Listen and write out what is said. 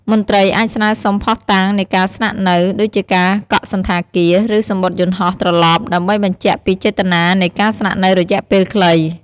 មន្ត្រីអាចស្នើសុំភស្តុតាងនៃការស្នាក់នៅ ដូចជាការកក់សណ្ឋាគារ ឬសំបុត្រយន្តហោះត្រឡប់ ដើម្បីបញ្ជាក់ពីចេតនានៃការស្នាក់នៅរយៈពេលខ្លី។